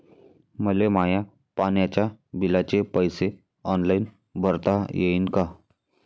मले माया पाण्याच्या बिलाचे पैसे ऑनलाईन भरता येईन का?